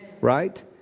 Right